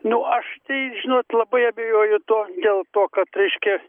nu aš tai žinot labai abejoju tuo dėl to kad reiškia